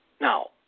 Now